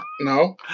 no